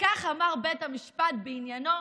וכך אמר בית המשפט בעניינו,